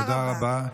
תודה רבה.